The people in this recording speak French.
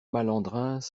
malandrins